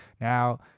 now